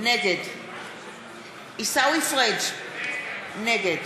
נגד עיסאווי פריג' נגד